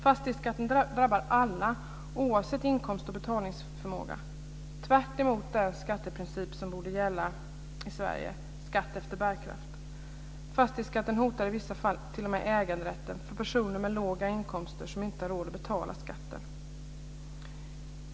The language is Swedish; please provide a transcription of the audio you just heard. Fastighetsskatten drabbar alla, oavsett inkomst och betalningsförmåga - tvärtemot den skatteprincip som borde gälla i Sverige, dvs. skatt efter bärkraft. Fastighetsskatten hotar i vissa fall t.o.m. äganderätten för personer med låga inkomster som inte har råd att betala skatten.